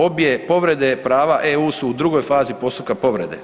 Obje povrede prava EU su u drugo fazi postupka povrede.